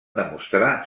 demostrar